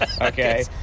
Okay